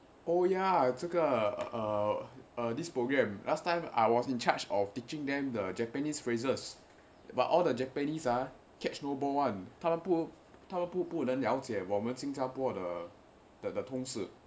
oh ya 这个 err err this programme last time I was in charge of teaching them the japanese phrases but all the japanese ah catch no ball [one] 他们不不不能了解我们新加坡的东西